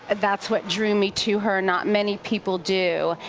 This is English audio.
and that's what drew me to her. not many people do,